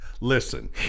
Listen